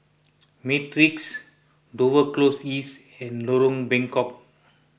Matrix Dover Close East and Lorong Bengkok